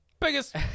biggest